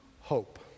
hope